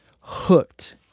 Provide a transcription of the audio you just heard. Hooked